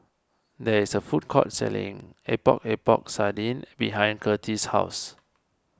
there is a food court selling Epok Epok Sardin behind Curtis' house